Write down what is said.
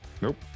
Nope